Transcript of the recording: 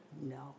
No